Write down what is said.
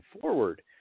forward